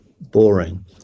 boring